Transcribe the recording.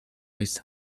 with